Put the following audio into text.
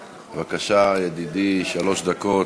בבקשה, ידידי, שלוש דקות.